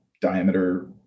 diameter